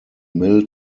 mill